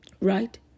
Right